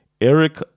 Eric